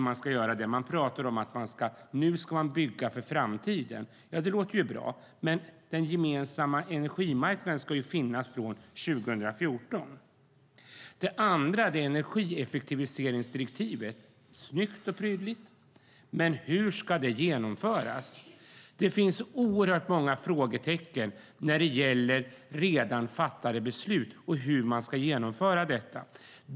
Man pratar om att bygga för framtiden. Det låter bra. Men den gemensamma energimarknaden ska finnas från 2014. Sedan finns energieffektiviseringsdirektivet. Det är snyggt och prydligt. Men hur ska det genomföras? Det finns oerhört många frågetecken när det gäller redan fattade beslut och hur de ska genomföras.